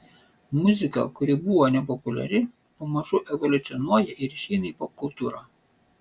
muzika kuri buvo nepopuliari pamažu evoliucionuoja ir išeina į popkultūrą